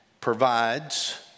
provides